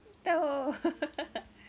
toh